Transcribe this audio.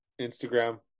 Instagram